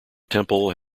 temple